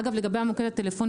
אגב לגבי המוקד הטלפוני,